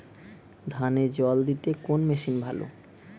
ধানে জল দিতে কোন মেশিন ভালো?